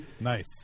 Nice